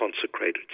consecrated